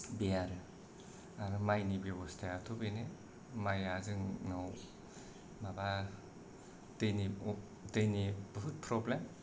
बे आरो आरो माइनि बेब'स्थायाथ' बेनो माइया जोंनाव माबा दैनि दैनि बुहुद प्रब्लेम